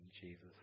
Jesus